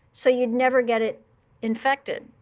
so you'd never get it infected.